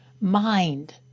mind